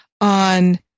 on